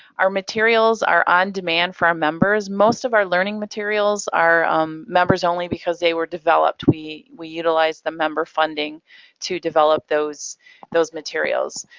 our materials are on demand for our members. most of our learning materials are um members only because they were developed. we we utilized the member funding to develop those those materials.